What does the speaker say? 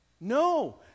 No